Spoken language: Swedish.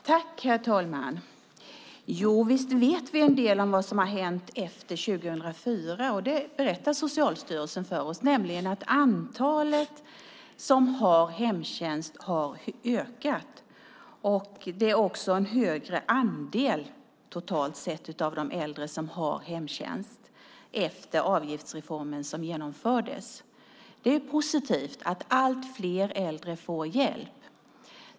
Herr talman! Visst vet vi en del om vad som har hänt efter 2004. Det berättar Socialstyrelsen för oss. Antalet som har hemtjänst har ökat och totalt sett är det en högre andel av de äldre som har hemtjänst efter att avgiftsreformen genomfördes. Det är positivt att allt fler äldre får hjälp.